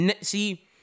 See